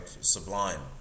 sublime